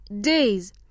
days